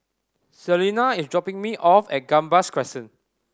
Selina is dropping me off at Gambas Crescent